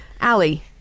Ali